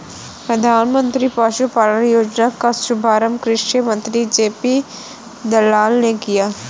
प्रधानमंत्री पशुपालन योजना का शुभारंभ कृषि मंत्री जे.पी दलाल ने किया